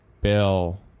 Bill